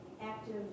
active